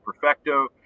Perfecto